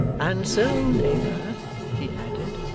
and so, neighbour he added,